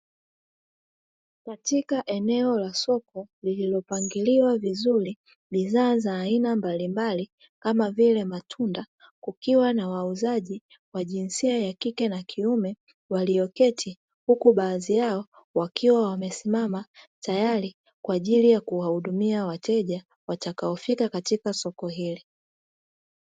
Katika eneo la soko niliyopangiliwa vizuri bidhaa za aina mbalimbali kama vile matunda kukiwa na wauzaji wa jinsia ya kike na kiume walioketi, huku baadhi yao wakiwa wamesimama tayari kwa ajili ya kuwahudumia wateja watakaofika katika soko hili.